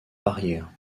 barrière